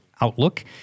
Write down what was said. outlook